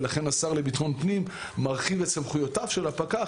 ולכן השר לביטחון פנים מרחיב את סמכויותיו של הפקח